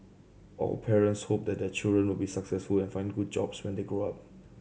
of parents hope that their children will be successful and find good jobs when they grow up